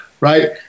Right